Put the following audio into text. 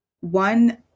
One